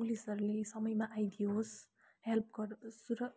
पुलिसहरूले समयमा आइदियोस् हेल्प गरोस् र